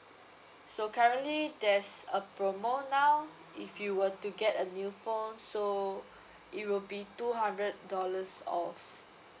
so currently there's a promo now if you were to get a new phone so it will be two hundred dollars off